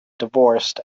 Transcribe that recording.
divorced